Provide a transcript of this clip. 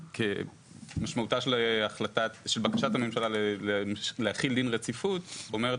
משמעותה של בקשת הממשלה להחיל דין רציפות אומרת